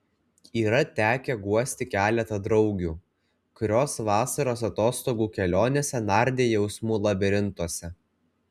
yra tekę guosti keletą draugių kurios vasaros atostogų kelionėse nardė jausmų labirintuose